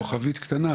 כוכבית קטנה,